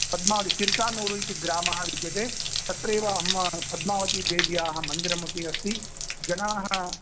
पद्म तिर्चानूरुग्रामः विद्यते तत्रैव अम्मा पद्मावतिदेव्याः मन्दिरमपि अस्ति जनाः